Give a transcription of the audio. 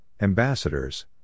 ambassadors